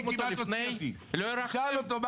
תשאל את היועץ המשפטי של ועדת הכלכלה.